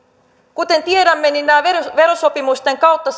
kuten tiedämme nämä verosopimusten kautta